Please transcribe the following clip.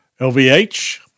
LVH